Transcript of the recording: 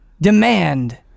demand